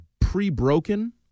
pre-broken